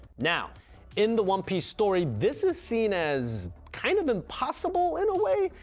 now in the one piece story this is seen as kind of impossible in a way,